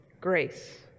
Grace